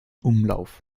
umlauf